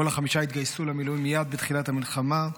כל החמישה התגייסו למילואים מייד בתחילת המלחמה.